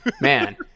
Man